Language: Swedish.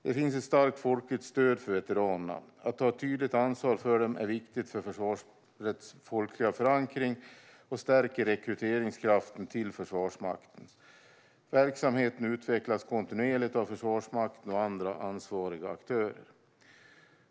Det finns ett starkt folkligt stöd för veteranerna. Att ta ett tydligt ansvar för dem är viktigt för försvarets folkliga förankring och stärker rekryteringskraften till Försvarsmakten. Verksamheten utvecklas kontinuerligt av Försvarsmakten och andra ansvariga aktörer.